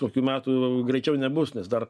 kokių metų greičiau nebus nes dar